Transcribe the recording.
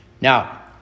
Now